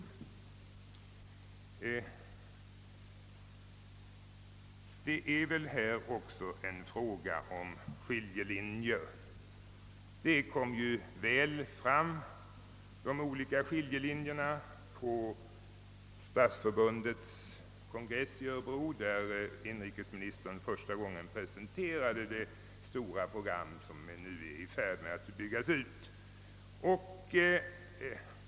De skiljelinjer som härvidlag finns kom ju väl fram på Stadsförbundets kongress i Örebro i juni, där inrikesministern första gången presenterade det stora program som nu håller på att genomföras.